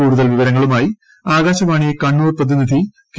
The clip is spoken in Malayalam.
കൂടുതൽ വിവരങ്ങളുമായി ആകാശവാണി കണ്ണൂർ പ്രതിനിധി കെ